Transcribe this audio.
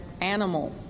animal